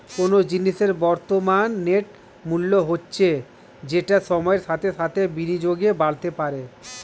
কোনো জিনিসের বর্তমান নেট মূল্য হচ্ছে যেটা সময়ের সাথে সাথে বিনিয়োগে বাড়তে পারে